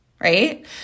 right